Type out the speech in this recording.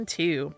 two